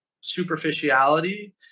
superficiality